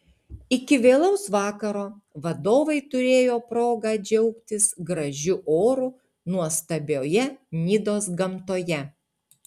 iki vėlaus vakaro vadovai turėjo progą džiaugtis gražiu oru nuostabioje nidos gamtoje